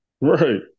Right